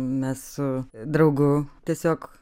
mes su draugu tiesiog